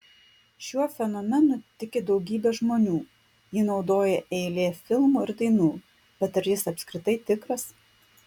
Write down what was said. šiuo fenomenu tiki daugybė žmonių jį naudoja eilė filmų ir dainų bet ar jis apskritai tikras